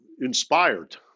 inspired